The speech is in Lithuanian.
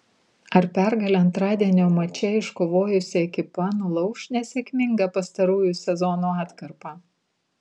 ar pergalę antradienio mače iškovojusi ekipa nulauš nesėkmingą pastarųjų sezonų atkarpą